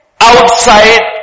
outside